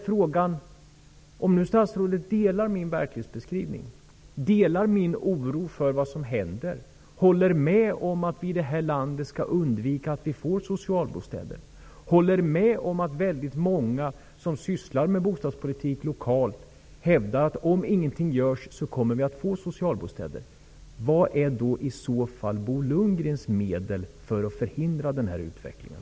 Men om statsrådet instämmer i min verklighetsbeskrivning, om han delar min oro för vad som händer, om han håller med om att vi i det här landet skall undvika att få socialbostäder, håller med om att väldigt många som sysslar med bostadspolitik lokalt hävdar att vi kommer att få socialbostäder om ingenting görs, vilket är i så fall Bo Lundgrens medel för att förhindra den här utvecklingen?